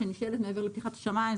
מעבר לפתיחת השמיים,